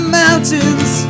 mountains